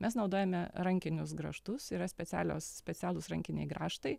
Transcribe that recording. mes naudojame rankinius grąžtus yra specialios specialūs rankiniai grąžtai